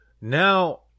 now